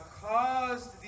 caused